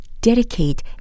dedicate